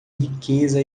riqueza